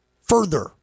further